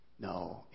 No